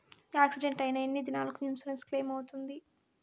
Accident అయిన ఎన్ని దినాలకు ఇన్సూరెన్సు క్లెయిమ్ అవుతుంది?